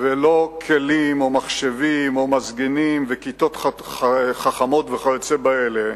ולא כלים או מחשבים או מזגנים וכיתות חכמות וכיוצא באלה,